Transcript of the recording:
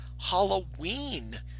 Halloween